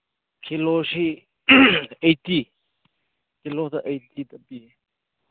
ꯀꯤꯂꯣꯁꯤ ꯑꯩꯠꯇꯤ ꯀꯤꯂꯣꯗ ꯑꯩꯠꯇꯤꯗ ꯄꯤ